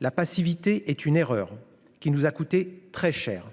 la passivité est une erreur qui nous a coûté très cher,